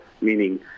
meaning